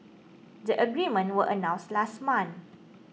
the agreement was announced last month